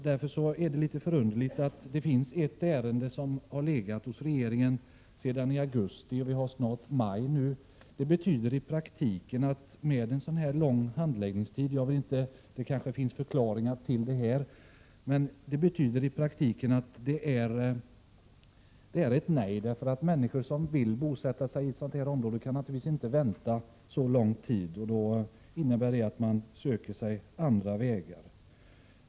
Därför är det litet förunderligt att det finns ett ärende som har legat hos regeringen sedan augusti förra året — det är snart maj nu. Dessa långa handläggningstider — det kanske finns en förklaring till dem — betyder i praktiken ett nej. Människor som vill bosätta sig i ett sådant område kan naturligtvis inte vänta för lång tid, vilket innebär att de söker sig andra vägar.